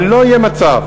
אבל לא יהיה מצב,